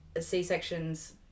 c-sections